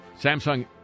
Samsung